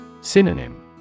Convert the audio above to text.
Synonym